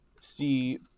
See